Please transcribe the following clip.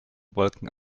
wolken